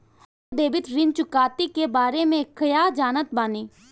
Auto debit ऋण चुकौती के बारे में कया जानत बानी?